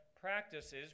practices